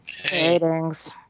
Greetings